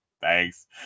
Thanks